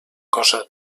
cosa